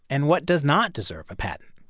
and what does not deserve a patent?